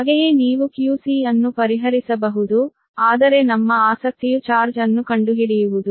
ಹಾಗೆಯೇ ನೀವು qc ಅನ್ನು ಪರಿಹರಿಸಬಹುದು ಆದರೆ ನಮ್ಮ ಆಸಕ್ತಿಯು ಚಾರ್ಜ್ ಅನ್ನು ಕಂಡುಹಿಡಿಯುವುದು